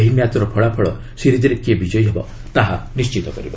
ଏହି ମ୍ୟାଚ୍ର ଫଳାଫଳ ସିରିଜ୍ରେ କିଏ ବିଜୟୀ ହେବ ତାହା ନିଣ୍ଟିତ କରିବ